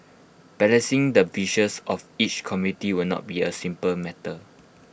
balancing the wishes of each community will not be A simple matter